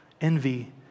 Envy